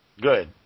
Good